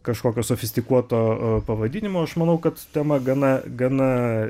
kažkokio sofistikuoto pavadinimo aš manau kad tema gana gana